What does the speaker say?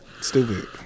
stupid